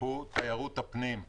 הוא תיירות הפנים.